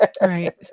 Right